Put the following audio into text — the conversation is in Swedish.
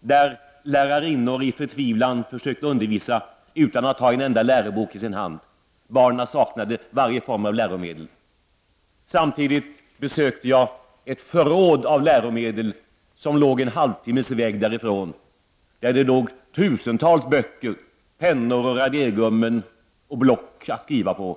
där lärarinnor i förtvivlan försökte undervisa utan att ha en enda lärobok i sin hand. Barnen saknade varje form av läromedel. Samtidigt besökte jag ett förråd av läromedel som fanns en halvtimmes väg därifrån. Där låg tusentals böcker, pennor, radergummin och block att skriva på.